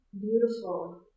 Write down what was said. beautiful